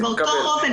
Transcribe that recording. אני חושבת שבאותו אופן,